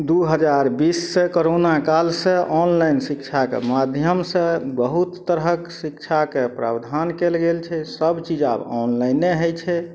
दू हजार बीससँ करोना कालसँ ऑनलाइन शिक्षाके माध्यमसँ बहुत तरहक शिक्षाके प्रावधान कयल गेल छै सब चीज आब ऑनलाइने होइ छै